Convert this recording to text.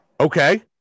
Okay